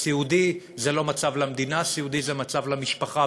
סיעודי זה לא מצב למדינה, סיעודי זה מצב למשפחה.